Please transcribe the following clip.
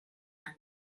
que